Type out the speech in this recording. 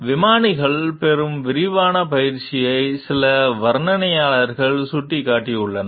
விமானிகள் பெறும் விரிவான பயிற்சியை சில வர்ணனையாளர்கள் சுட்டிக்காட்டியுள்ளனர்